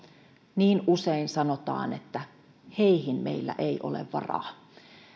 niin usein sanotaan että heihin meillä ei ole varaa